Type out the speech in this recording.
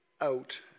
out